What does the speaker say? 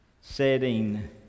setting